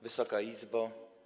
Wysoka Izbo!